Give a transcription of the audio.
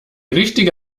richtige